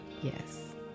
yes